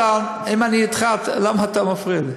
באסל, אם אני אתך, למה אתה מפריע לי?